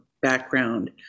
background